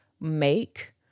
make